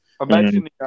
Imagine